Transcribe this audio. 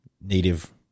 Native